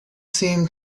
seemed